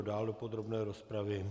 Kdo dál do podrobné rozpravy?